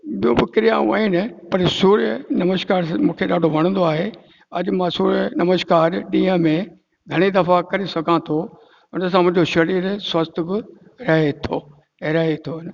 ॿियूं ब क्रियाऊं आहिनि पर सूर्य नमस्कार मूंखे ॾाढो वणदो आहे अॼ मां सूर्य नमस्कार ॾींहं में घणे दफ़ा करे सघां थो उनसां मुंहिंजो शरीर बि स्वस्थ बि रहे थो रहे थो